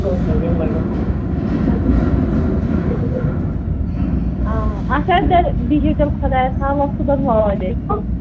آ اَچھا تیٚلہِ بِہِو تیٚلہِ خۄدایَس حوال صُبحَن وٲتۍ أسۍ